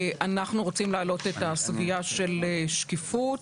אנחנו רוצים להעלות את הסוגיה של שקיפות,